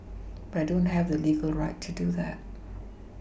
but I don't have the legal right to do that